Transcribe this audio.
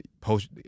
post –